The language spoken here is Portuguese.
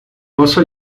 posso